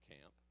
camp